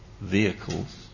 vehicles